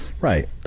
right